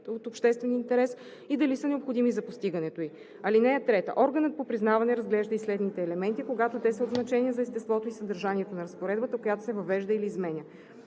от обществен интерес и дали са необходими за постигането ѝ. (3) Органът по признаване разглежда и следните елементи, когато те са от значение за естеството и съдържанието на разпоредбата, която се въвежда или изменя: